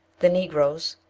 the negroes,